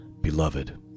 beloved